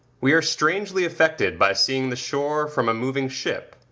we are strangely affected by seeing the shore from a moving ship,